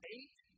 Eight